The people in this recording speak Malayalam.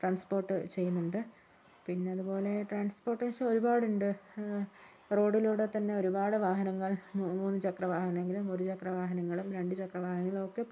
ട്രാൻസ്പോർട്ട് ചെയ്യുന്നുണ്ട് പിന്നതുപോലെ ട്രാൻസ്പോർട്ടേഴ്സ് ഒരുപാടുണ്ട് റോഡിലൂടെ തന്നെ ഒരുപാട് വാഹനങ്ങൾ മൂന്ന് ചക്ര വാഹനങ്ങളും ഒരു ചക്ര വാഹനങ്ങളും രണ്ട് ചക്ര വാഹനങ്ങളും ഒക്കെ